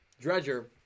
Dredger